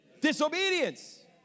disobedience